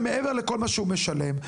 מעבר לכל מה שהוא משלם,